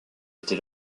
été